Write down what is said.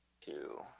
two